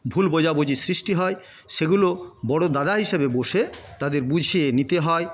ভুল বোঝাবুঝির সৃষ্টি হয় সেগুলো বড়ো দাদা হিসেবে বসে তাদের বুঝিয়ে নিতে হয়